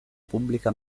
pubblica